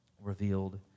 revealed